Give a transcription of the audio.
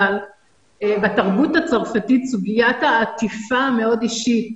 אבל בתרבות הצרפתית סוגיית העטיפה המאוד אישית,